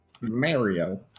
Mario